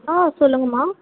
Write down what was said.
ஆ சொல்லுங்கள்ம்மா